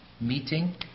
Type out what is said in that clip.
meeting